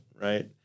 right